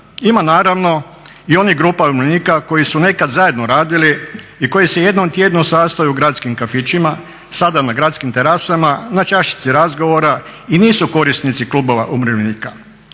Ima naravno i onih grupa umirovljenika koji su nekad zajedno radili i koji se jednom tjedno sastaju u gradskim kafićima, sada na gradskim terasama na čašici razgovora i nisu korisnici klubova umirovljenika.